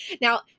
Now